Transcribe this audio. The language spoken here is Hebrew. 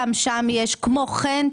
גם שם יש: כמו כן,